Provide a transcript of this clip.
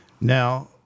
Now